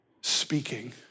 Speaking